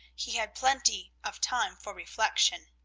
he had plenty of time for reflection.